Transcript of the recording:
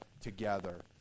together